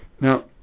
Now